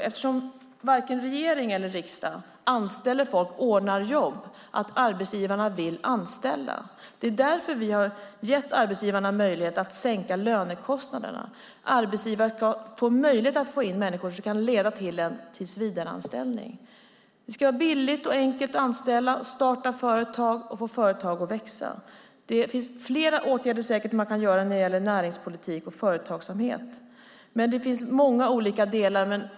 Eftersom varken regering eller riksdag anställer folk och ordnar jobb är det viktigt att arbetsgivarna vill anställa. Det är därför vi har gett arbetsgivarna möjlighet att sänka lönekostnaderna. Arbetsgivare ska få möjlighet att få in människor i något som kan leda till en tillsvidareanställning. Det ska vara billigt och enkelt att anställa, starta företag och få företag att växa. Det finns säkert flera åtgärder man kan vidta när det gäller näringspolitik och företagsamhet. Det finns många olika delar.